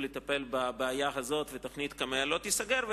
לטפל בבעיה הזאת ותוכנית קמ"ע לא תיסגר.